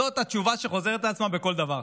זו התשובה שחוזרת על עצמה בכל דבר.